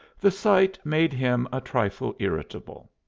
the sight made him a trifle irritable.